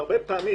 הרבה פעמים,